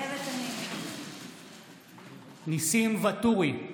מתחייבת אני ניסים ואטורי,